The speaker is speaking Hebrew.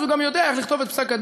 הוא גם יודע איך לכתוב את פסק-הדין,